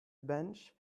bench